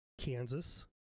Kansas